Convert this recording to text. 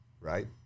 Right